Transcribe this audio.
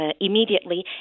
immediately